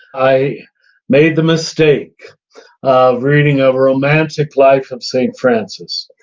i made the mistake of reading a romantic life of st. francis.